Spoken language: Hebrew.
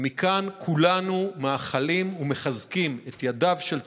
ומכאן כולנו מאחלים, מחזקים את ידיהם של צה"ל,